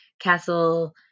Castle